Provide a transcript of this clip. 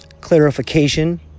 Clarification